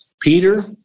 Peter